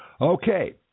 Okay